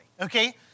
okay